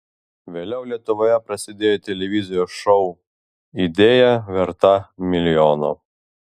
vėliau lietuvoje prasidėjo televizijos šou idėja verta milijono